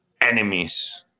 enemies